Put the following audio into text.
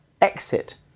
exit